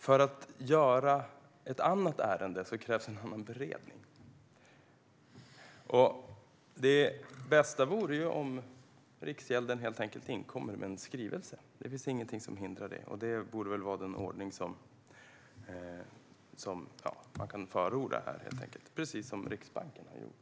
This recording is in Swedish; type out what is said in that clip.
För att göra ett annat ärende krävs en annan beredning. Det bästa vore om Riksgälden helt enkelt inkom med en skrivelse, precis som Riksbanken har gjort. Det finns ingenting som hindrar det, och det borde vara en ordning att förorda.